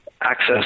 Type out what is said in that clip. access